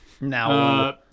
Now